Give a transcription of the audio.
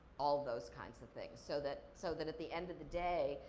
all of those kinds of things, so that so that at the end of the day,